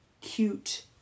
cute